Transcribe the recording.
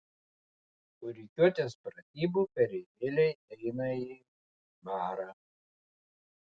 po rikiuotės pratybų kareivėliai eina į barą